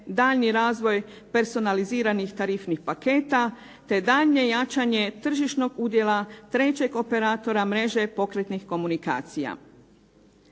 daljnji razvoj personaliziranih tarifnih paketa te daljnje jačanje tržišnog udjela trećeg operatora mreže pokretnih komunikacija.